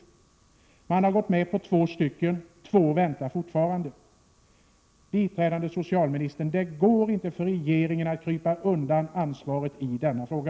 Staten har accepterat beträffande två apparater, och två väntar fortfarande. Biträdande socialministern! Det går inte för regeringen att krypa undan ansvaret i denna fråga!